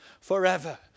forever